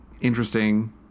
interesting